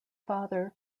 father